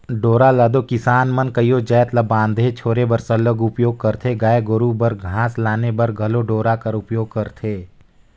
डोरा ल दो किसान मन कइयो जाएत ल बांधे छोरे बर सरलग उपियोग करथे गाय गरू बर घास लाने बर घलो डोरा कर उपियोग करथे